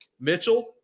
Mitchell